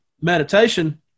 meditation